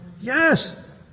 Yes